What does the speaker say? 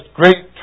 great